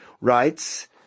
writes